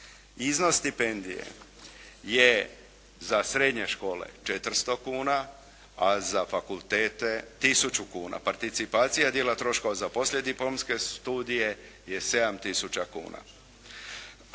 Iznos stipendije je za srednje škole 400 kuna, a za fakultete tisuću kuna. Participacija dijela troškova za poslijediplomske studije je 7 tisuća